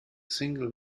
single